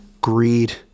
greed